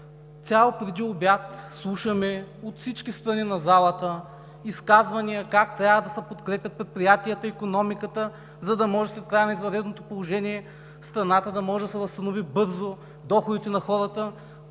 Цял предиобед слушаме от всички страни на залата изказвания как трябва да се подкрепят предприятията, икономиката, за да може след края на извънредното положение страната да може да се възстанови бързо, доходите на хората